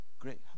Great